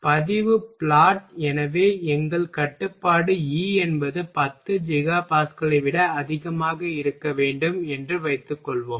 பதிவு பிளாட் எனவே எங்கள் கட்டுப்பாடு E என்பது 10 ஜிகா பாஸ்கலை விட அதிகமாக இருக்க வேண்டும் என்று வைத்துக்கொள்வோம்